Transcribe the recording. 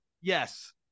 yes